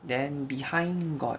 then behind got